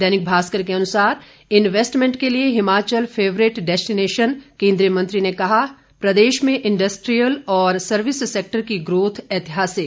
दैनिक भास्कर के अनुसार इन्वेस्टमेंट के लिए हिमाचल फेवरेट डेस्टिनेशन केंद्रीय मंत्री ने कहा प्रदेश में इंडस्ट्रियल और सर्विससेक्टर की ग्रोथ ऐतिहासिक